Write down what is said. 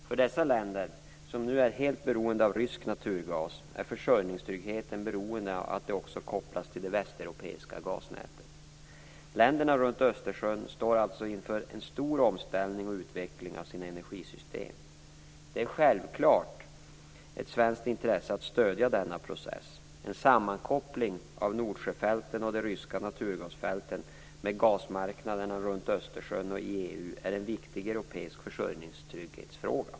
För dessa länder, som nu är helt beroende av rysk naturgas, är försörjningstryggheten beroende av att de också kopplas till det västeuropeiska gasnätet. Länderna runt Östersjön står alltså inför en stor omställning och utveckling av sina energisystem. Det är ett självklart svenskt intresse att stödja denna process. En sammankoppling av nordsjöfälten och de ryska naturgasfälten med gasmarknaderna runt Östersjön och i EU är en viktig europeisk försörjningstrygghetsfråga.